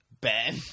Ben